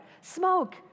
Smoke